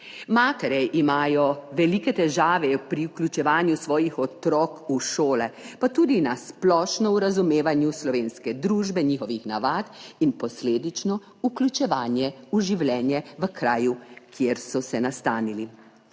Matere imajo velike težave pri vključevanju svojih otrok v šole, pa tudi na splošno v razumevanju slovenske družbe, njihovih navad in posledično vključevanje v življenje v kraju, kjer so se nastanili.